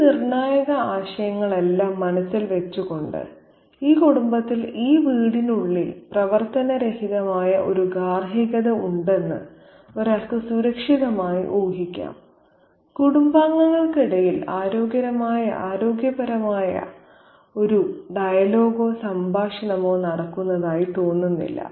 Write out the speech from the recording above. ഈ നിർണ്ണായക ആശയങ്ങളെല്ലാം മനസ്സിൽ വെച്ചുകൊണ്ട് ഈ കുടുംബത്തിൽ ഈ വീടിനുള്ളിൽ പ്രവർത്തനരഹിതമായ ഒരു ഗാർഹികത ഉണ്ടെന്ന് ഒരാൾക്ക് സുരക്ഷിതമായി ഊഹിക്കാം കുടുംബാംഗങ്ങൾക്കിടയിൽ ആരോഗ്യകരമായ ഒരു ഡയലോഗോ സംഭാഷണമോ നടക്കുന്നതായി തോന്നുന്നില്ല